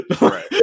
Right